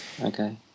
okay